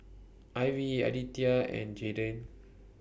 Ivy Aditya and Jaydin